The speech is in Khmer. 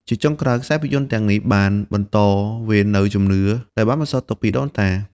ជាចុងក្រោយ ខ្សែភាពយន្តទាំងនេះបានបន្តវេននូវជំនឿដែលបានបន្សល់ទុកពីដូនតា។